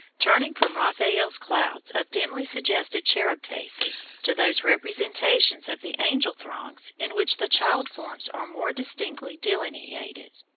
turning from raphael's clouds of dimly suggested cherub faces to those representations of the angel throngs in which the child forms are more distinctly delineated,